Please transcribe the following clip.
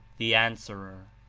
the answerer.